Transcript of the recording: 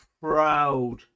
proud